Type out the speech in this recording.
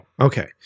Okay